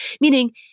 Meaning